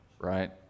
Right